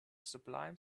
sublime